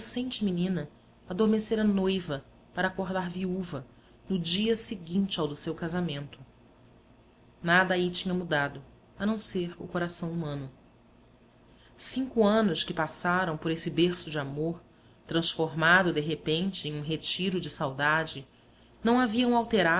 inocente menina adormecera noiva para acordar viúva no dia seguinte ao do seu casamento nada aí tinha mudado a não ser o coração humano cinco anos que passaram por esse berço de amor transformado de repente em um retiro de saudade não haviam alterado